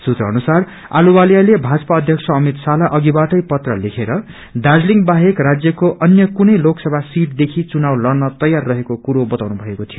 सुत्र अनुसार अहलुवालियले ीाजपा अध्यक्ष अमित शाहलाई अधिबाटै पत्र लेखेर दार्जीलिङ बाहेक राज्यको अन्य कुनै लोकसभा सिटदेखि चुनाव लड़न तयार रहेको कुरो बताउनु भएको थियो